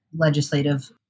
legislative